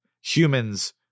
humans